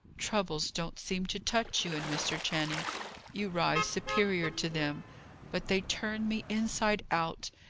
troubles don't seem to touch you and mr. channing you rise superior to them but they turn me inside out.